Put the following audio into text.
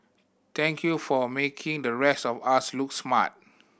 thank you for making the rest of us look smart